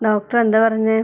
doctor എന്താ പറഞ്ഞത്